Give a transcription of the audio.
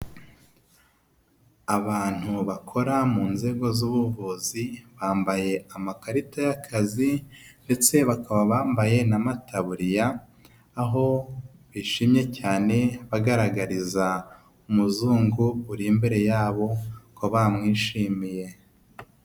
Abantu bakora mu nzego z'ubuvuzi, bambaye amakarita y'akazi, ndetse bakaba bambaye na'mataburiya, aho bishimye cyane, bagaragariza umuzungu uri imbere yabo ko bamwishimiye.